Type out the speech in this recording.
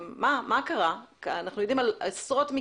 אנחנו יודעים על עשרות,